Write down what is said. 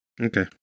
Okay